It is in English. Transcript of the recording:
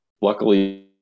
luckily